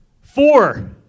Four